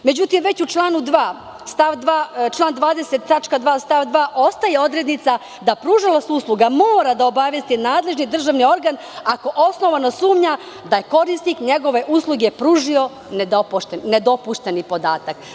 Međutim, već u članu 20. stav 2. tačka 2. ostaje odrednica- da pružalac usluga mora da obavesti nadležni državni organ ako osnovano sumnja da je korisnik njegove usluge pružio nedopušteni podatak.